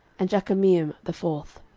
and jekameam the fourth.